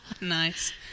Nice